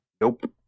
Nope